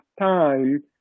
time